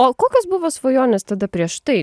o kokios buvo svajonės tada prieš tai